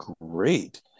great